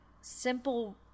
simple